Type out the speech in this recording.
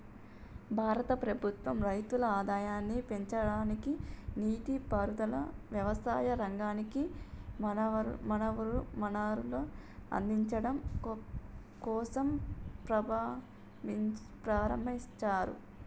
భారత ప్రభుత్వం రైతుల ఆదాయాన్ని పెంచడానికి, నీటి పారుదల, వ్యవసాయ రంగానికి వనరులను అందిచడం కోసంప్రారంబించారు